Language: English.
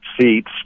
seats